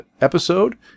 episode